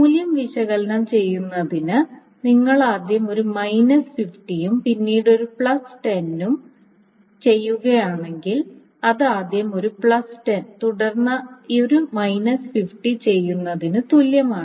മൂല്യം വിശകലനം ചെയ്യുന്നതിന് നിങ്ങൾ ആദ്യം ഒരു മൈനസ് 50 ഉം പിന്നീട് ഒരു പ്ലസ് 10 ഉം ചെയ്യുകയാണെങ്കിൽ അത് ആദ്യം ഒരു പ്ലസ് 10 തുടർന്ന് ഒരു മൈനസ് 50 ചെയ്യുന്നതിനു തുല്യമാണ്